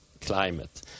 climate